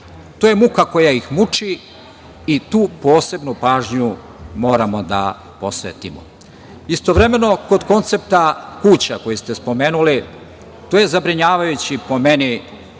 To je muka koja ih muči i tu posebnu pažnju moramo da posvetimo. Istovremeno, kod koncepta kuća koji ste spomenuli, tu je zabrinjavajuće, po meni,